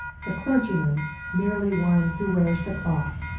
the clergyman merely one who wears the cloth,